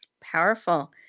Powerful